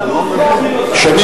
אקוניס,